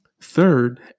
Third